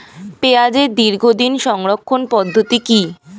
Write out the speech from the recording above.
পেঁয়াজের দীর্ঘদিন সংরক্ষণ পদ্ধতি কি?